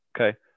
Okay